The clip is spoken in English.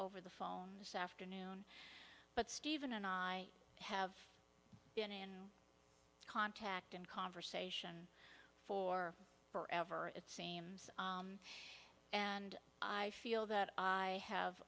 over the phone this afternoon but stephen and i have been in contact and conversation for forever it seems and i feel that i have